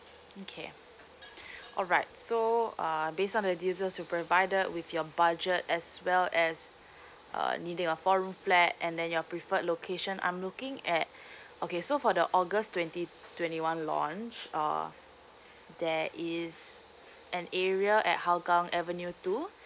okay alright so uh based on the details you provided with your budget as well as uh needing a four room flat and then your preferred location I'm looking at okay so for the august twenty twenty one launch uh there is an area at hougang avenue two